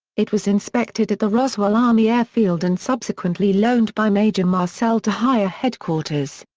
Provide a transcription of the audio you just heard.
it was inspected at the roswell army air field and subsequently loaned by major marcel to higher headquarters.